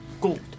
Gold